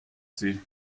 sie